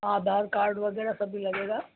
आधार card वगैरह सभी लगेगा